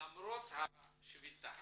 למרות השביתה.